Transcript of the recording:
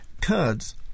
Kurds